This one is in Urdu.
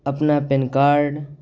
اپنا پین کارڈ